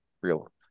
real